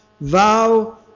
Vow